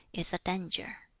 is a danger.